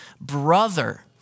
brother